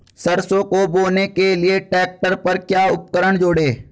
सरसों को बोने के लिये ट्रैक्टर पर क्या उपकरण जोड़ें?